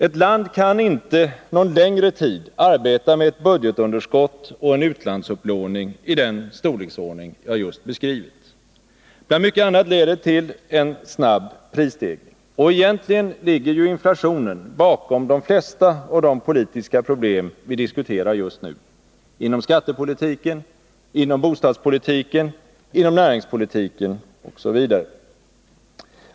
Ett land kan inte någon längre tid arbeta med ett budgetunderskott och en utlandsupplåning av den storleksordning jag just beskrivit. Bland mycket annat leder det till en snabb prisstegring. Och egentligen ligger ju inflationen bakom de flesta av de politiska problem vi diskuterar just nu: inom skattepolitiken, inom bostadspolitiken, inom näringspolitiken osv.